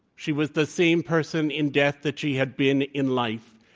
she was the same person in death that she had been in life,